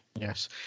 Yes